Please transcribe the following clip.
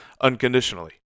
unconditionally